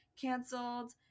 canceled